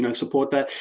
and support that,